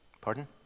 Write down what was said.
Pardon